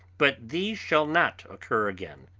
but these shall not occur again.